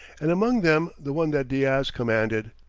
and among them the one that diaz commanded.